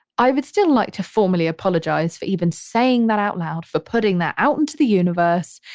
i would still like to formally apologize for even saying that out loud, for putting that out into the universe.